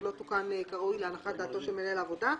לא תוקן כראוי להנחת דעתו של מנהל העבודה.